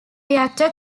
reactor